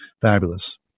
fabulous